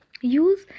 use